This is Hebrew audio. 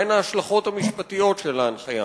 מהן ההשלכות המשפטיות של ההנחיה?